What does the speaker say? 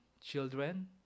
Children